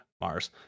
Mars